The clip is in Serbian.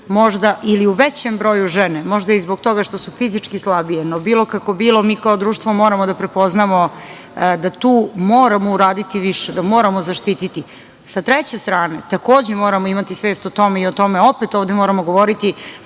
možda ili u većem broju žene, možda i zbog toga što su fizički slabije. No, bilo kako bilo, mi kao društvo moramo da prepoznamo da tu moramo uraditi više, da moramo zaštiti. Sa treće strane, takođe, moramo imati svest o tome i o tome opet moramo govoriti,